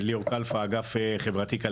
ליאור כלפה, אגף חברתי-כלכלי.